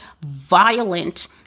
violent